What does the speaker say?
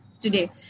today